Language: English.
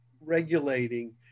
regulating